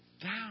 down